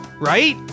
right